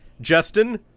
Justin